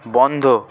বন্ধ